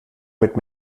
mit